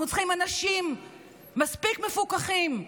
אנחנו צריכים אנשים מפוכחים מספיק,